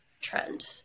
trend